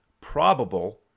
probable